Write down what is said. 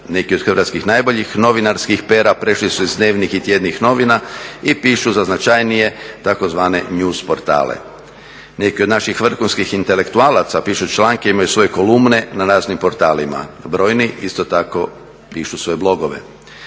Neke od hrvatskih najboljih novinarskih pera prešli iz dnevnih i tjednih novina i pišu za značajnije, tzv. news portale. Neki od naših vrhunskih intelektualaca pišu članke, imaju svoje kolumne na raznim portalima. Brojni, isto tako, pišu svoje blogove.